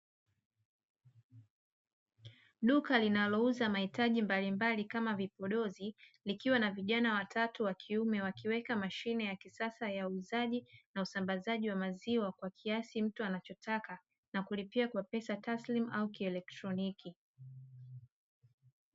Duka linalouza mahitaji mbalimbali kama vipodozi, likiwa na vijana watatu wa kiume wakiweka mashine ya kisasa ya uuzaji na usambazaji wa maziwa kwa kiasi mtu anachotaka na kulipia kwa pesa taslimu au kielektroniki.